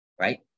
right